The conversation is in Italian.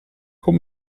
con